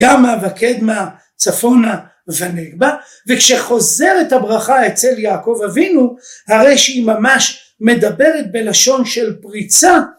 ימה וקדמה צפונה ונגבה וכשחוזרת הברכה אצל יעקב אבינו הרי שהיא ממש מדברת בלשון של פריצה